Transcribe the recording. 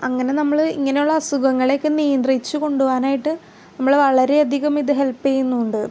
അങ്ങനെ നമ്മള് ഇങ്ങനെ ഉള്ള അസുഖങ്ങളെക്കെ നിയന്ത്രിച്ച് കൊണ്ട് പോകാനായിട്ട് നമ്മളെ വളരെ അധികം ഇത് ഹെൽപ്പ് ചെയ്യുന്നുണ്ട്